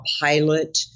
pilot